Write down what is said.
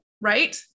Right